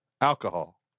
Alcohol